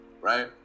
right